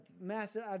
massive